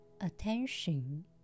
attention